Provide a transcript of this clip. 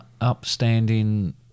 upstanding